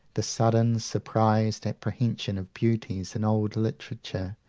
the sudden, surprised apprehension of beauties in old literature,